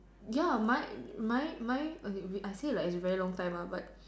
ya mine mine mine okay wait I say like it's very long time ah but